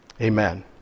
Amen